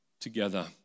together